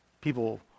people